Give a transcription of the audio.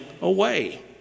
away